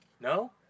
No